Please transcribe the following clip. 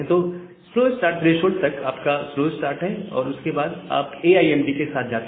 तो slow start threshold तक आपका स्लो स्टार्ट है और उसके बाद आप ए आई एम डी के साथ जाते हैं